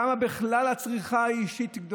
כמה בכלל הצריכה האישית היא גדולה,